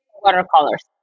watercolors